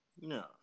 No